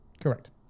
correct